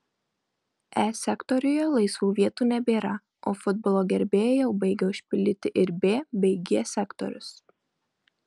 e sektoriuje laisvų vietų nebėra o futbolo gerbėjai jau baigia užpildyti ir b bei g sektorius